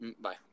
Bye